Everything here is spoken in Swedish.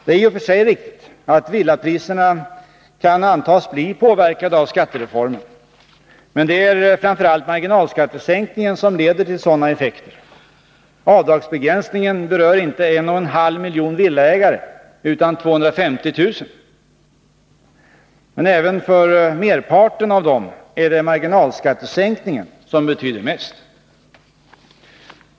Det är i och för sig riktigt att villapriserna kan antas bli påverkade av skattereformen. Men det är framför allt marginalskattesänkningen som leder till sådana effekter. Avdragsbegränsningen berör inte en och en halv miljon villaägare utan 250 000. Men även för merparten av dem är det marginalskattesänkningen som betyder mest.